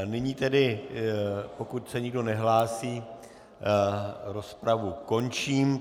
Nyní tedy, pokud se nikdo nehlásí, rozpravu končím.